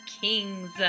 kings